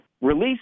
Release